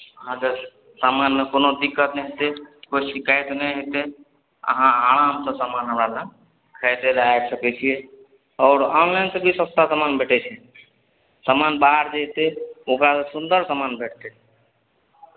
अहाँके सामानमे कोनो दिक्कत नहि हेतै कोइ शिकायत नहि हेतै अहाँ आरामसँ सामान हमरा लग खरीदय लेल आबि सकैत छियै आओर ऑनलाइनसँ भी सस्ता सामान भेटै छै सामान बाहर जे हेतै ओकरासँ सुन्दर सामान भेटतै